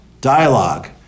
dialogue